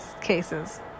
cases